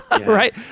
right